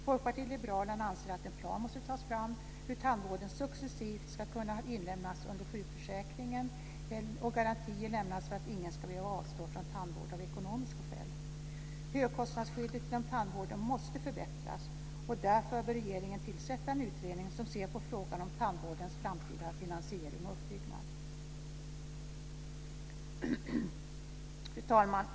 Folkpartiet liberalerna anser att en plan måste tas fram för hur tandvården successivt ska kunna inlemmas under sjukförsäkringen och garantier lämnas för att ingen ska behöva avstå från tandvård av ekonomiska skäl. Högkostnadsskyddet inom tandvården måste förbättras, och därför bör regeringen tillsätta en utredning som ser på frågan om tandvårdens framtida finansiering och uppbyggnad. Fru talman!